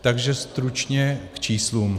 Takže stručně k číslům.